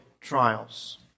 trials